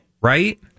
right